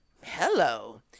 hello